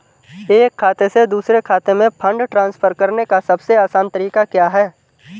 एक खाते से दूसरे खाते में फंड ट्रांसफर करने का सबसे आसान तरीका क्या है?